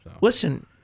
Listen